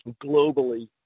Globally